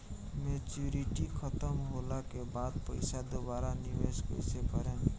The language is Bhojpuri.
मेचूरिटि खतम होला के बाद पईसा दोबारा निवेश कइसे करेम?